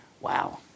wow